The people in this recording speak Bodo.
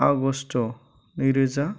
आगष्ट नैरोजा